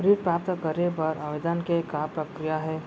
ऋण प्राप्त करे बर आवेदन के का प्रक्रिया हे?